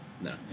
No